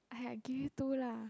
!aiya! give you two lah